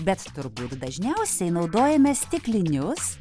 bet turbūt dažniausiai naudojame stiklinius